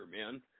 man